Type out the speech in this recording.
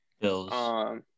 Bills